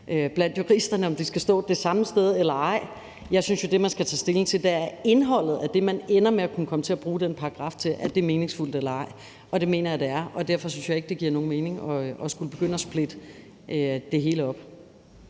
blandt juristerne, altså om det skal stå det samme sted eller ej. Jeg synes jo, at det, man skal tage stilling til, er indholdet og det, man ender med at kunne komme til at bruge den paragraf til, og om det er meningsfuldt eller ej. Det mener jeg det er, og derfor synes jeg ikke, det giver nogen mening at skulle begynde at splitte det hele op.